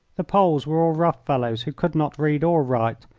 the poles were all rough fellows who could not read or write,